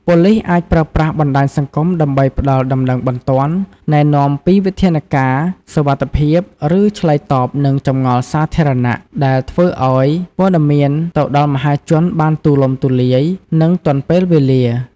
ប៉ូលិសអាចប្រើប្រាស់បណ្ដាញសង្គមដើម្បីផ្តល់ដំណឹងបន្ទាន់ ណែនាំពីវិធានការសុវត្ថិភាព ឬឆ្លើយតបនឹងចម្ងល់សាធារណៈ ដែលធ្វើឲ្យព័ត៌មានទៅដល់មហាជនបានទូលំទូលាយ និងទាន់ពេលវេលា។